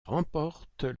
remportent